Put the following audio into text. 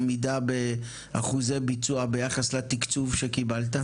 עמידה באחוזי ביצוע ביחס לתקצוב שקיבלת?